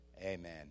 Amen